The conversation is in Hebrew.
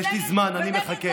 זו